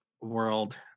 world